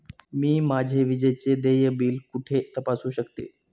मी माझे विजेचे देय बिल कुठे तपासू शकते?